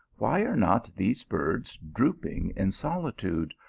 why are not these birds drooping in solitude,